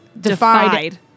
defied